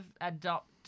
adopt